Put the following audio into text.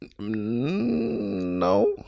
No